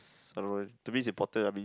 s~ I don't know to me is important I mean